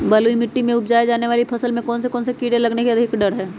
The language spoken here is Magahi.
बलुई मिट्टी में उपजाय जाने वाली फसल में कौन कौन से कीड़े होने के अधिक डर हैं?